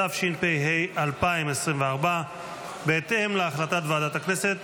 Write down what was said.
התשפ"ה 2024. בהתאם להחלטת ועדת הכנסת